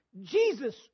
Jesus